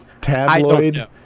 tabloid